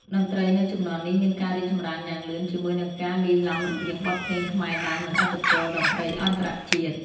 តន្ត្រីនៅជំនាន់នេះមានការរីកចម្រើនយ៉ាងលឿនជាមួយនឹងការលាយឡំរវាងបទភ្លេងខ្មែរដើមនិងឥទ្ធិពលតន្ត្រីអន្តរជាតិ។